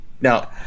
Now